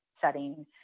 setting